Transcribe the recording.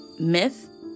Myth